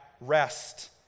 rest